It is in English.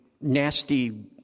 nasty